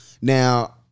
Now